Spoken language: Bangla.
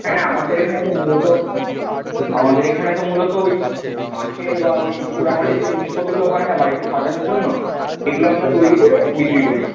হ্যাঁ আমাদের এখানে তো মূলত আমাদের এখানে তো মূলত ওই কাঠের বা ওই পোড়ামাটির যে জিনিসপত্রগুলো হয় না বাড়িতে সাজানোর জন্য সেগুলো আমরা তৈরি করে বিক্রি করি